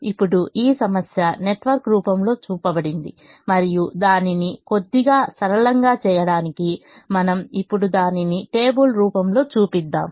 ఇప్పుడు ఈ సమస్య నెట్వర్క్ రూపంలో చూపబడింది మరియు దానిని కొద్దిగా సరళంగా చేయడానికి మనము ఇప్పుడు దానిని టేబుల్ రూపంలో చూపిద్దాం